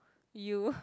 you